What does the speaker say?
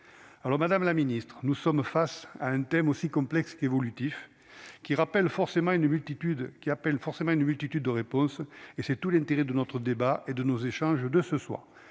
alors Madame la Ministre, nous sommes face à un thème aussi complexe qu'évolutif qui rappelle forcément une multitude qui appelle forcément une multitude de réponses et c'est tout l'intérêt de notre débat et de nos échanges de ce soir